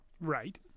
Right